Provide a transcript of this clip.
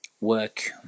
work